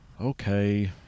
Okay